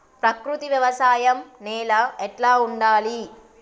ప్రకృతి వ్యవసాయం నేల ఎట్లా ఉండాలి?